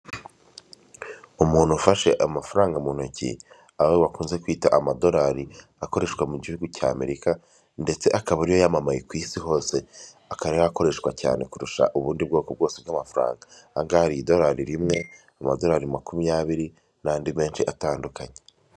Umuntu ufashe amafaranga mu ntoki aho bakunze kwita amadolari akoreshwa mu gihugu cy' Amerika ndetse akaba ariyo yamamaye ku isi hose akaba ariyo akoreshwa cyane kurusha ubundi bwoko bwose bw'amafaranga, aha ngaha hari idolari rimwe mu madolari makumyabiri n'andi menshi atandukanye.